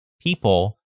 people